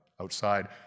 outside